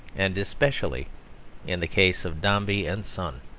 and especially in the case of dombey and son.